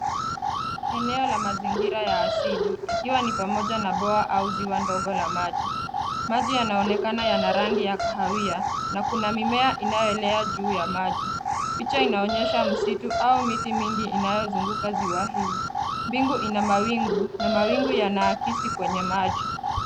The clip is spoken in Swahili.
Eneo la mazingira ya asili ikiwa ni pamoja na bwawa au ziwa dogo la maji. Maji yanaonekana yana rangi ya kahawia na kuna mimea inayoelea juu ya maji. Picha inaonyesha msitu au miti mingi inayozunguka ziwa hii. Mbingu ina mawingu na mawingu yanaakisi kwenye maji.